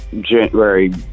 January